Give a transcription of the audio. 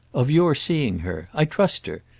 of your seeing her. i trust her.